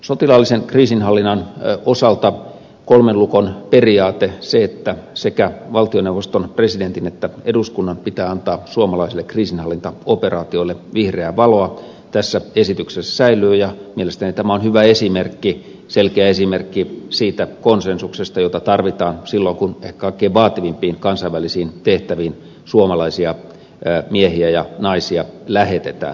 sotilaallisen kriisinhallinnan osalta kolmen lukon periaate se että sekä valtioneuvoston presidentin että eduskunnan pitää antaa suomalaisille kriisinhallintaoperaatioille vihreää valoa tässä esityksessä säilyy ja mielestäni tämä on hyvä esimerkki selkeä esimerkki siitä konsensuksesta jota tarvitaan silloin kun ehkä kaikkein vaativimpiin kansainvälisiin tehtäviin suomalaisia miehiä ja naisia lähetetään